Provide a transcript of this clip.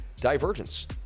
divergence